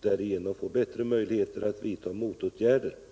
därigenom få bättre möjligheter att vidta motåtgärder.